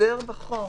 ההסדר בחוק.